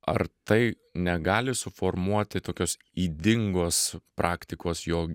ar tai negali suformuoti tokios ydingos praktikos jo